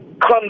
come